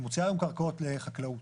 היא מוציאה היום קרקעות לחקלאות.